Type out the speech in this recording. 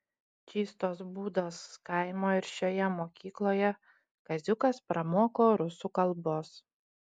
čystos būdos kaimo ir šioje mokykloje kaziukas pramoko rusų kalbos